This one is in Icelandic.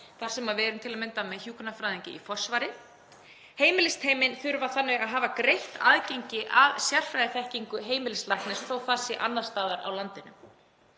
þar sem við erum til að mynda með hjúkrunarfræðing í forsvari. Heimilisteymin þurfa þannig að hafa greitt aðgengi að sérfræðiþekkingu heimilislæknis þó að það sé annars staðar á landinu.